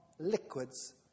liquids